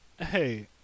Hey